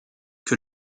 que